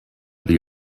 the